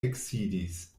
eksidis